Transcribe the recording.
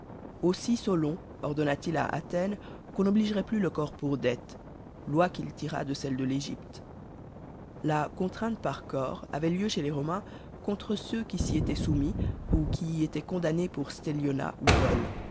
aussi solon ordonna-t-il à athènes qu'on n'obligerait plus le corps pour dettes loi qu'il tira de celles de l'égypte la contrainte par corps avait lieu chez les romains contre ceux qui s'y étaient soumis ou qui y étaient condamnés pour